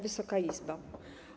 Wysoka Izbo!